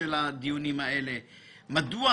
במדינת ישראל יש חופש התאגדות.